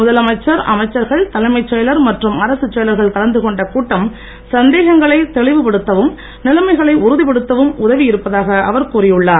முதலமைச்சர் அமைச்சர்கள் தலைமைச் செயலர் மற்றும் அரசுச் செயலர்கள் கலந்து கொண்ட கூட்டம் சந்தேகங்களை தெளிவு படுத்தவும் நிலைமைகளை உறுதிப்படுத்தவும் உதவி இருப்பதாக அவர் கூறியுள்ளார்